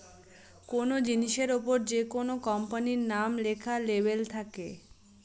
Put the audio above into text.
কোনো জিনিসের ওপর যেকোনো কোম্পানির নাম লেখা লেবেল থাকে